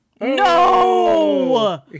no